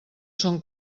son